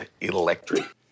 electric